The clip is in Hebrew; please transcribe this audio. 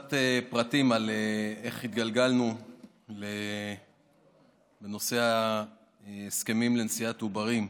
קצת פרטים על איך התגלגלנו לנושא ההסכמים לנשיאת עוברים.